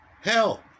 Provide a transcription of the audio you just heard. Hell